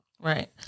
right